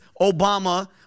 Obama-